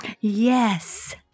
Yes